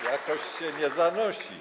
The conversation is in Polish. Jakoś się nie zanosi.